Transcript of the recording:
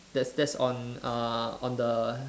that's that's on uh on the